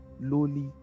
lowly